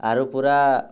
ଆରୁ ପୁରା